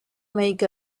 make